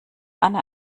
anne